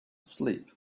sleep